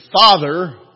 father